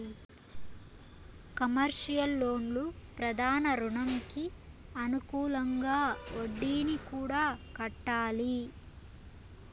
commercial లోన్లు ప్రధాన రుణంకి అనుకూలంగా వడ్డీని కూడా కట్టాలి